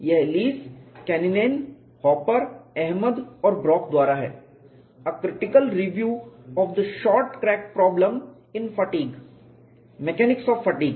यह Leis Kanninen Hopper Ahmad और Brock Leis Kanninen Hopper Ahmad and Brock द्वारा है एक critical review of the short crack problem in fatigue mechanics of fatigue